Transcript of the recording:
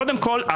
קודם כל,